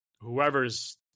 Whoever's